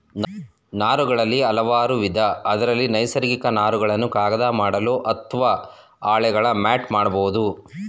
ನಾರುಗಳಲ್ಲಿ ಹಲವಾರುವಿಧ ಅದ್ರಲ್ಲಿ ನೈಸರ್ಗಿಕ ನಾರುಗಳನ್ನು ಕಾಗದ ಮಾಡಲು ಅತ್ವ ಹಾಳೆಗಳ ಮ್ಯಾಟ್ ಮಾಡ್ಬೋದು